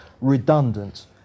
redundant